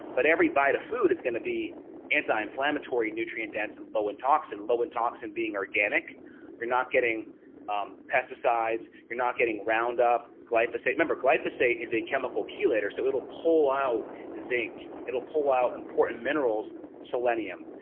but every bite of food is going to be anti inflammatory nutrient dense and low in toxins and low in toxins and being organic you're not getting um pesticides, you're not getting roundup glyphosate, remember glyphosate is a chemical cue later so it'll pull out the zinc, it'll pull out important minerals selenium,